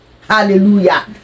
hallelujah